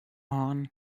hân